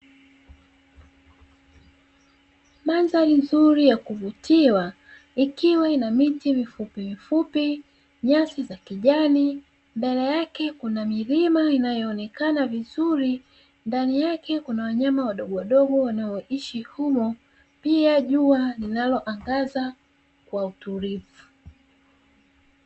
Mandhari nzuri ya kuvutia ikiwa ina miti mifupimifupi, nyasi za kijani, mbele yake kuna milima inayoonekana vizuri, ndani yake kuna wanyama wadogowadogo wanao ishi humo, pia jua linaloangaza kwa utulivu.